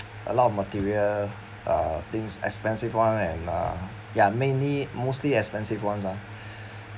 a lot of material uh things expensive one uh ya mainly mostly expensive ones lah